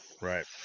Right